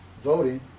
voting